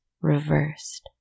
reversed